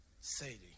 Sadie